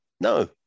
No